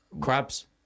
Crabs